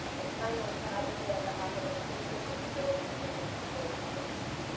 and finally, to advocate on behalf of inclusive, integrative and participatory policies.